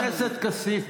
אתה רוצה, תוציא אותי.